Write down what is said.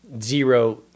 zero